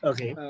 Okay